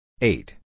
eight